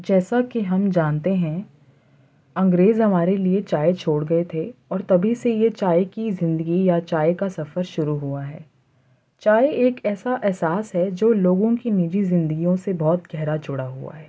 جیسا کہ ہم جانتے ہیں انگریز ہمارے لیے چائے چھوڑ گیے تھے اور تبھی سے یہ چائے کی زندگی یا چائے کا سفر شروع ہوا ہے چائے ایک ایسا احساس ہے جو لوگوں کی نجی زندگیوں سے بہت گہرا جڑا ہوا ہے